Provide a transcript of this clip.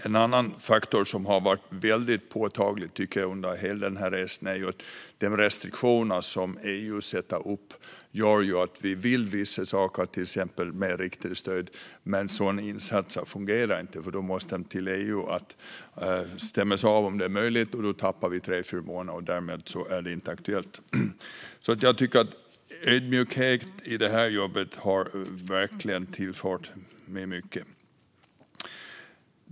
En annan faktor som har varit mycket påtaglig under hela resan är de restriktioner som EU sätter upp. De gör att vissa insatser som vi vill göra, till exempel med riktade stöd, inte fungerar. Det måste nämligen stämmas av med EU om de är möjliga att genomföra. Då tappar vi tre fyra månader. Därmed är det inte längre aktuellt. Ödmjukhet i det här jobbet har verkligen tillfört mig mycket.